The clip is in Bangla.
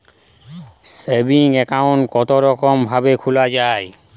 সেভিং একাউন্ট কতরকম ভাবে খোলা য়ায়?